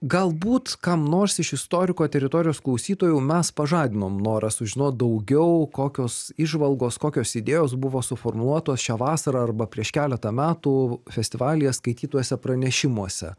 galbūt kam nors iš istoriko teritorijos klausytojų mes pažadinom norą sužinot daugiau kokios įžvalgos kokios idėjos buvo suformuotos šią vasarą arba prieš keletą metų festivalyje skaitytuose pranešimuose